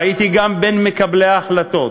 והייתי גם בין מקבלי ההחלטות.